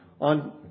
on